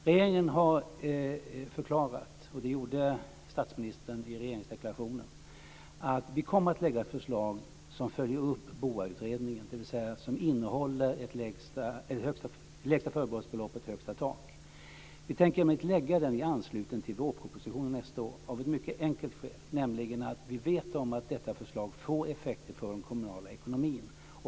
Regeringen har förklarat - och det gjorde statsministern i regeringsdeklarationen - att vi kommer att lägga fram ett förslag som följer upp BOA Vi tänker emellertid lägga fram propositionen i anslutning till vårpropositionen nästa år, och det av ett mycket enkelt skäl. Vi vet att detta förslag får effekter för den kommunala ekonomin.